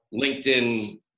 LinkedIn